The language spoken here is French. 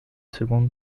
seconde